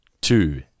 two